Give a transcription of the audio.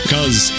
Cause